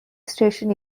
station